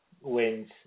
wins